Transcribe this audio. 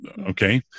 okay